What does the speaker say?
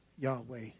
Yahweh